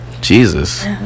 Jesus